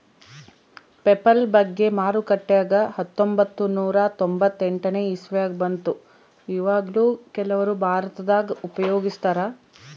PayPal ಬಗ್ಗೆ ಮಾರುಕಟ್ಟೆಗ ಹತ್ತೊಂಭತ್ತು ನೂರ ತೊಂಬತ್ತೆಂಟನೇ ಇಸವಿಗ ಬಂತು ಈವಗ್ಲೂ ಕೆಲವರು ಭಾರತದಗ ಉಪಯೋಗಿಸ್ತರಾ